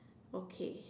okay